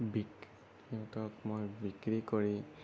বিক সিহঁতক মই বিক্ৰী কৰি